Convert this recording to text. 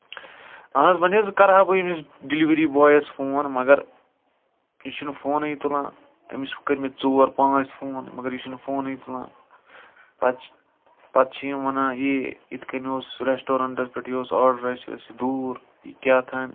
اَہن حظ وۄنۍ حظ کرٕ ہا بہٕ ییٚمِس ڈلؤری بایَس فون مَگر یہِ چھُنہٕ فونُے تُلان أمِس کٔرۍ مےٚ ژور پانٛژھ فون مَگر یہِ چھُنہٕ فونُے تُلان پَتہٕ چھِ یِم پَتہٕ چہِ یِم وَنان ہَے یِتھ کَنۍ اوس رٮ۪سٹورَنٹَس پٮ۪ٹھ یہِ اوس آڈر اَسہِ ٲسۍ دوٗر کیاہ تام